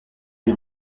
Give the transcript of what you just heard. une